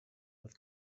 with